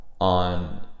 on